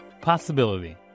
Possibility